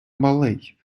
малий